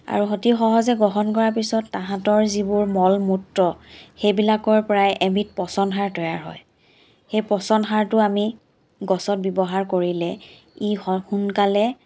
আৰু অতি সহজে গ্ৰহণ কৰা পিছত তাহাঁতৰ যিবোৰ মল মূত্ৰ সেইবিলাকৰ পৰাই এবিধ পচন সাৰ তৈয়াৰ হয় সেই পচন সাৰটো আমি গছত ব্যৱহাৰ কৰিলে ই হৰ সোনকালে